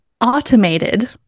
automated